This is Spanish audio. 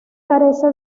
carece